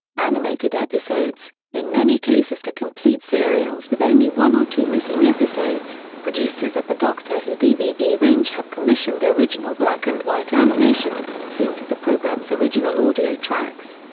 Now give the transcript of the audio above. animated episodes in many cases to complete serials with only one or two missing episodes, producers of the doctor who dvd range have commissioned original black-and-white animation, synced to the programme's original audio tracks.